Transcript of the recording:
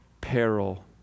peril